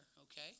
okay